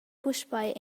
puspei